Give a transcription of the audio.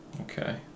Okay